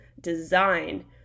design